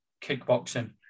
kickboxing